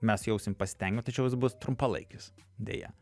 mes jausim pasitenkinimą tačiau jis bus trumpalaikis deja